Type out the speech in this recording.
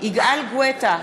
יגאל גואטה,